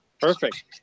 Perfect